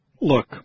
Look